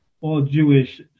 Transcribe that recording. all-Jewish